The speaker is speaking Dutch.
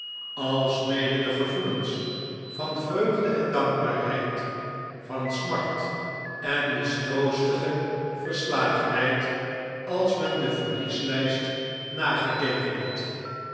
alsmede de gevoelens van vreugde en dankbaarheid van smart en mistroostige verslagenheid als men de verlieslijst nagekeken had